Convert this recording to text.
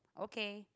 okay